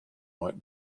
might